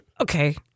Okay